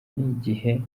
n’igihe